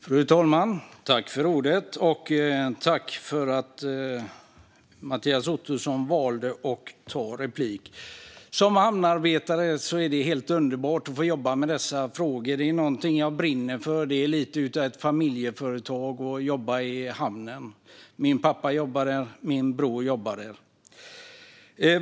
Fru talman! Jag tackar Mattias Ottosson för att han valde att ta replik. Jag är hamnarbetare, och det är helt underbart att få jobba med dessa frågor. Det är något jag brinner för. Det är lite av en familjetradition att jobba i hamnen. Min pappa jobbar där, och min bror jobbar där.